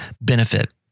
benefit